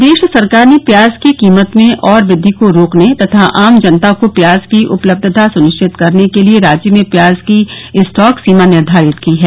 प्रदेश सरकार ने प्याज की कीमत में और वृद्धि को रोकने तथा आम जनता को प्याज की उपलब्धता सुनिश्चित करने के लिए राज्य में प्याज की स्टॉक सीमा निर्घारित की है